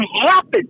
happen